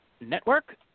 Network